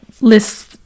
lists